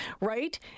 right